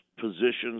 positions